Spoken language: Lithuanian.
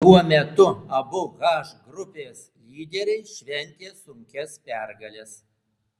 tuo metu abu h grupės lyderiai šventė sunkias pergales